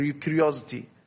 curiosity